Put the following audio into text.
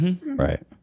Right